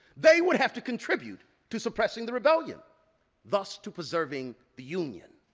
they would have to contribute to suppressing the rebellion thus to preserving the union.